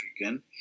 again